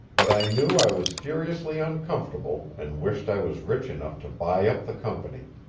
but i knew i was furiously uncomfortable and wished i was rich enough to buy up the company.